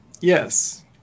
Yes